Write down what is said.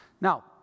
Now